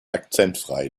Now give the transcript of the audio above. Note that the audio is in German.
akzentfrei